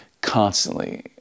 constantly